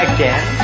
Again